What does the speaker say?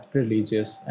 religious